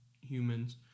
humans